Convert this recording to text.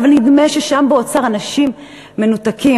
אבל נדמה ששם באוצר אנשים מנותקים,